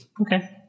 Okay